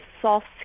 soft